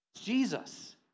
Jesus